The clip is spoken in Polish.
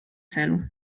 celu